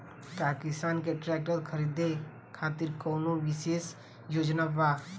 का किसान के ट्रैक्टर खरीदें खातिर कउनों विशेष योजना बा?